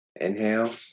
inhale